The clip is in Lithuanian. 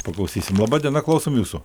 paklausysim laba diena klausom jūsų